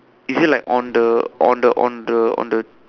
is it like on the on the on the on the